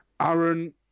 Aaron